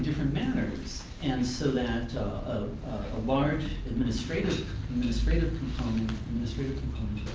different matters and so that a large administrative administrative component administrative component